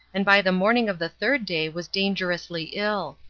and by the morning of the third day was dangerously ill.